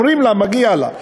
אומרים לה שמגיע לה,